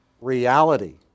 reality